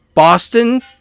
Boston